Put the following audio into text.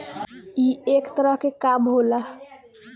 ई एक तरह के काम होला